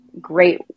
great